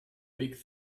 big